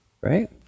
Right